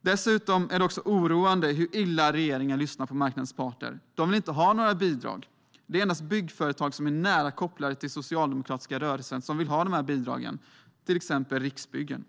Dessutom är det oroande hur illa regeringen lyssnar på marknadens parter. De vill inte ha några bidrag. Det är endast byggföretag som är nära kopplade till den socialdemokratiska rörelsen, till exempel Riksbyggen, som vill ha bidragen.